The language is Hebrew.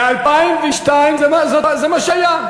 ב-2002 זה מה שהיה.